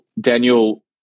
Daniel